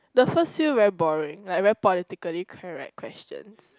the first few very boring like very politically correct questions